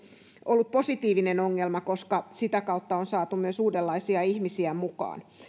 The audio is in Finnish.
ollut positiivinen ongelma koska sitä kautta on saatu myös uudenlaisia ihmisiä mukaan